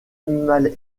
animal